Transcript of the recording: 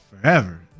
forever